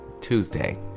Tuesday